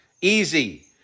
easy